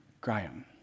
Graham